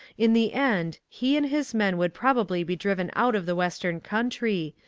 in the end, he and his men would probably be driven out of the western country,